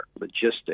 logistics